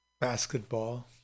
basketball